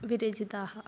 विरचिताः